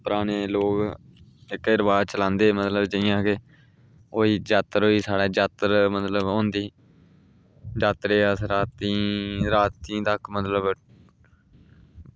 पराने लोग जेह्के रवाज़ चलांदे जियां कि होई जात्तर होई साढ़े मतलब कि जात्तर होंदी जात्तरै ई अस रातीं रातीं तक्कर मतलब अस